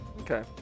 Okay